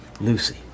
Lucy